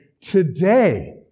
today